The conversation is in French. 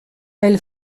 elle